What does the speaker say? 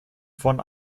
von